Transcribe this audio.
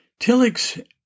Tillich's